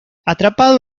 atrapado